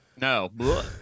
No